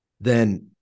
then-